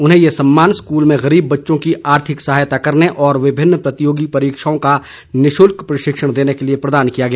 उन्हें ये सम्मान स्कूल में गरीब बच्चों की आर्थिक सहायता करने और विभिन्न प्रतियोगी परीक्षाओं का निशुल्क प्रशिक्षण देने के लिए प्रदान किया गया